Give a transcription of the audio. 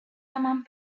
among